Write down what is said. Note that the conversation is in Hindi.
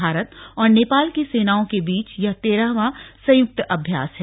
भारत और नेपाल की सेनाओ के बीच यह तेरहवां संयुक्त अभ्यास है